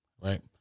right